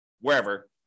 wherever